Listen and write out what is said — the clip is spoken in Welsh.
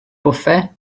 bwffe